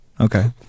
Okay